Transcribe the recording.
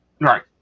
Right